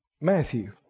Matthew